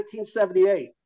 1978